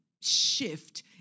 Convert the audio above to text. shift